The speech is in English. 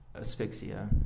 Asphyxia